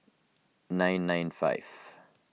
nine nine five